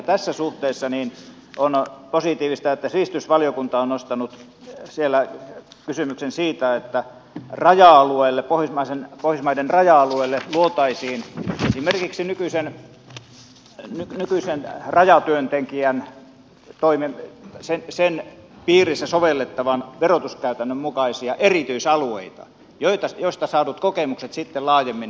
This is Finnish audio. tässä suhteessa on positiivista että sivistysvaliokunta on nostanut kysymyksen siitä että pohjoismaiden raja alueille luotaisiin esimerkiksi nykyisen rajatyöntekijän toimen piirissä sovellettavan verotuskäytännön mukaisia erityisalueita joista saatuja kokemuksia sitten laajemmin sovellettaisiin pohjoismaissa